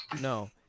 no